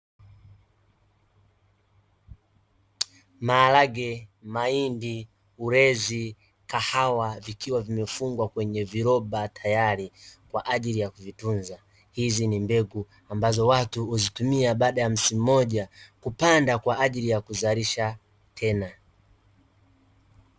Maharage, mahindi, ulezi, kahawa, zikiwa zimefungwa kwenye viroba tayari, kwa ajili ya kuzitunza. Hizi ni mbegu ambazo watu huzitumia baada ya msimu mmoja, kupanda na kuzalisha tena.